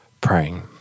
praying